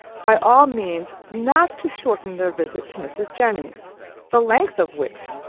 by all means not to shorten their visit to mrs. jennings the length of which,